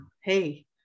Hey